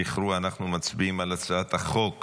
זכרו, אנחנו מצביעים על הצעת החוק